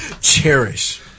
Cherish